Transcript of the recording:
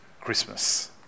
Christmas